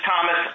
Thomas